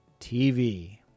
TV